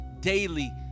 daily